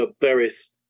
various